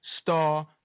Star